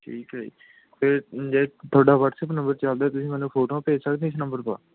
ਠੀਕ ਹੈ ਜੀ ਅਤੇ ਜੇ ਤੁਹਾਡਾ ਵਟਸਐਪ ਨੰਬਰ ਚੱਲਦਾ ਤੁਸੀਂ ਮੈਨੂੰ ਫੋਟੋਆਂ ਭੇਜ ਸਕਦੇ ਇਸ ਨੰਬਰ ਪਾ